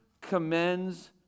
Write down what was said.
commends